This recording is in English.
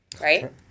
right